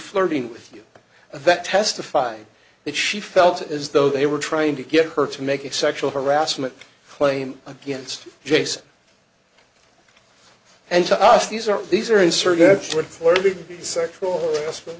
flirting with you that testified that she felt as though they were trying to get her to make a sexual harassment claim against jason and to us these are these are his surrogates for the sexual harassment